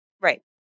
right